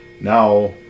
now